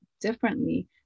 differently